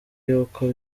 yuko